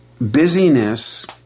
Busyness